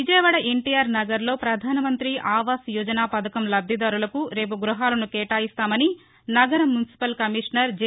విజయవాడ ఎన్టీఆర్ నగర్ లో పధాన మంతి అవాస్ యోజన పథకం లబ్లిదారులకు రేపు గ్బహాలను కేటాయిస్తామని నగర మున్సిపల్ కమిషనర్ జె